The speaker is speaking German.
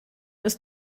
ist